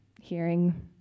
hearing